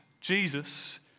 Jesus